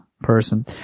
person